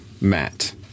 Matt